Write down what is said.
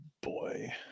boy